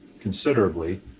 considerably